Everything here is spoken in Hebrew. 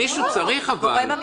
מישהו צריך לעשות את זה.